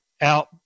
out